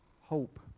hope